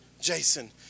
Jason